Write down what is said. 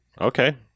Okay